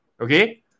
okay